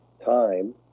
time